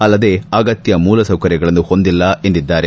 ಅಲ್ಲದೇ ಅಗತ್ಯ ಮೂಲ ಸೌಕರ್ಯಗಳನ್ನು ಹೊಂದಿಲ್ಲ ಎಂದಿದ್ದಾರೆ